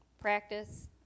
Practice